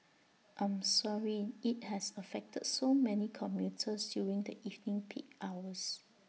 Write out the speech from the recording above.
I'm sorry IT has affected so many commuters during the evening peak hours